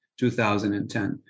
2010